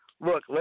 look